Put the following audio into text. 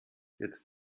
jetzt